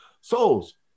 Souls